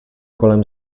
kolem